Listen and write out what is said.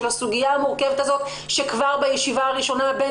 של הסוגייה המורכבת הזאת שכבר בישיבה הראשונה הבין